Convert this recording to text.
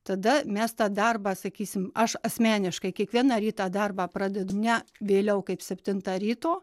tada mes tą darbą sakysim aš asmeniškai kiekvieną rytą darbą pradedu ne vėliau kaip septintą ryto